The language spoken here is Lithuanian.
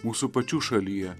mūsų pačių šalyje